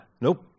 nope